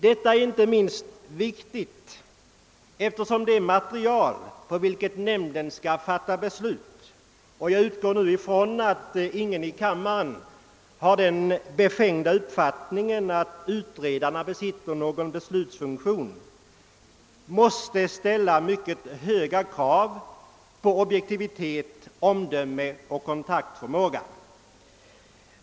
Detta är inte minst viktigt eftersom det beträffande dem som utarbetar det material på vilket nämnden skall fatta beslut — jag utgår från att ingen i kammaren hyser den befängda uppfattningen att utredarna har någon beslutsfunktion — måste ställas mycket höga krav på objektivitet, omdöme och kontaktförmåga.